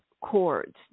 cords